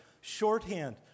Shorthand